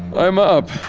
i'm up.